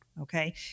Okay